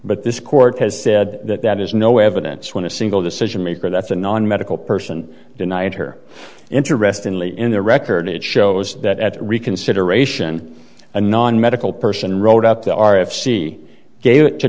but this court has said that that is no evidence when a single decision maker that the non medical person denied her interestingly in their record it shows that at reconsideration a non medical person wrote up the r f c gave it to